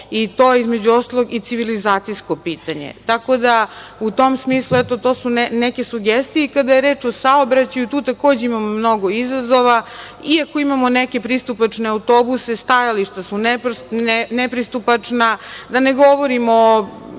a to je, između ostalog, i civilizacijsko pitanje. Tako da, u tom smislu, to su neke sugestije. Kada je reč o saobraćaju, tu takođe imamo mnogo izazova. Iako imamo neke pristupačne autobuse, stajališta su nepristupačna, da ne govorim o